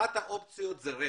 אחת האופציות זה רכש.